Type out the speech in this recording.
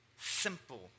simple